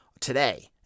today